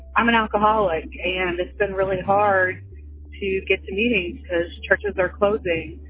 i'm an alcoholic. and it's been really hard to get to meetings because churches are closing.